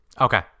Okay